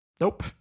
Nope